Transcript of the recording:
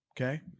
okay